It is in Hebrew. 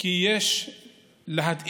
כי יש להתאים